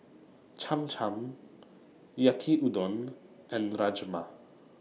Cham Cham Yaki Udon and Rajma